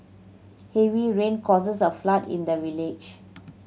heavy rain causes a flood in the village